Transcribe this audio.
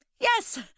yes